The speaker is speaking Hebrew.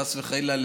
חס וחלילה,